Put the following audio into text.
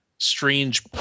Strange